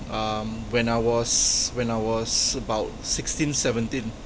um when I was when I was about sixteen seventeen